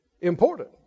Important